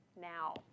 now